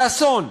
לאסון.